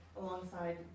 alongside